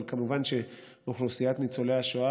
אבל כמובן שאוכלוסיית ניצולי השואה,